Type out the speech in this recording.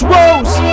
Rose